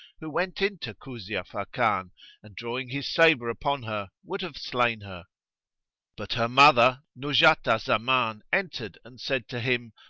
who went into kuzia fakan and, drawing his sabre upon her, would have slain her but her mother nuzhat al-zaman entered and said to him,